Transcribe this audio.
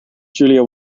julia